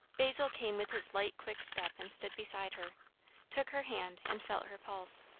basil came with his light quick step and stood beside her took her hand and felt her pulse.